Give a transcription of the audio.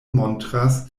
montras